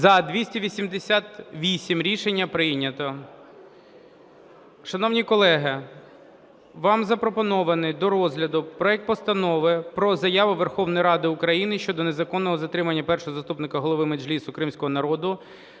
За-288 Рішення прийнято. Шановні колеги, вам запропонований до розгляду проект Постанови про Заяву Верховної Ради України щодо незаконного затримання першого заступника голови Меджлісу кримськотатарського